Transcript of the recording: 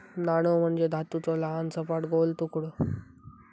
नाणो म्हणजे धातूचो लहान, सपाट, गोल तुकडो